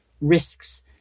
risks